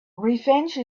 revenge